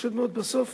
פשוט מאוד בסוף